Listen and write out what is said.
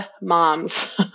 moms